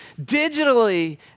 digitally